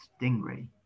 Stingray